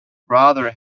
brother